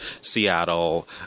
Seattle